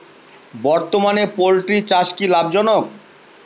বর্তমানে পোলট্রি চাষ কি লাভজনক?